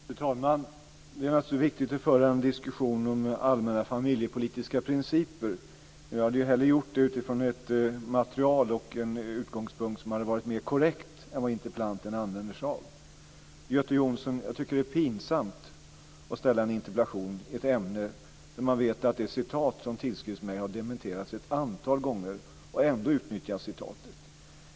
Fru talman! Det är naturligtvis viktigt att föra en diskussion om allmänna familjepolitiska principer men jag hade ju hellre gjort det utifrån ett material och en utgångspunkt som var korrektare än vad interpellanten använder sig av. Göte Jonsson, jag tycker att det är pinsamt att ställa en interpellation i ett ämne när man vet att det citat som tillskrivs mig har dementerats ett antal gånger och att ändå utnyttja citatet.